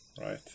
Right